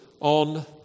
on